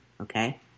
okay